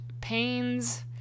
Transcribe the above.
pains